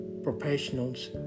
Professionals